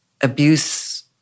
abuse